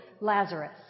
Lazarus